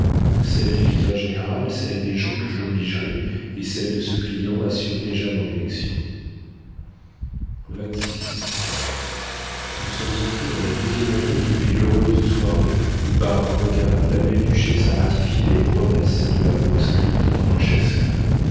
celles du vicaire général celles des gens que j'obligerai et celles de ce client assurent déjà mon élection nous sommes entrés dans la douzième année depuis l'heureuse soirée où par un regard la belle duchesse a ratifié les promesses de la proscrite